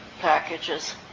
packages